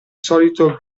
solito